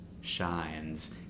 shines